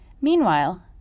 Meanwhile